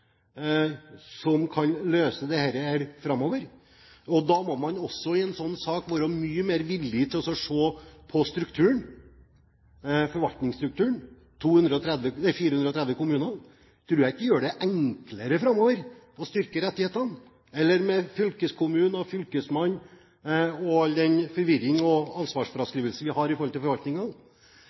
som kan løse dette framover. Man må i en sånn sak være mye mer villig til å se på forvaltningsstrukturen. 430 kommuner tror jeg ikke gjør det enklere framover å styrke rettighetene – eller med fylkeskommune og fylkesmann og all den forvirring og ansvarsfraskrivelse vi har